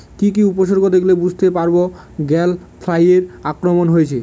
কি কি উপসর্গ দেখলে বুঝতে পারব গ্যাল ফ্লাইয়ের আক্রমণ হয়েছে?